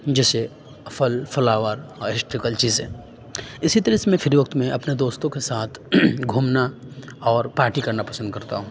جیسے پھل فلاور اور ہسٹریکل چیزیں اسی طرح سے میں فری وقت میں اپنے دوستوں کے ساتھ گھومنا اور پارٹی کرنا پسند کرتا ہوں